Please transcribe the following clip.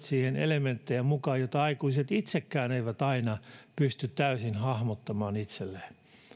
siihen mukaan elementtejä joita aikuiset itsekään eivät aina pysty täysin hahmottamaan itselleen